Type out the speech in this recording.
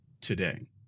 today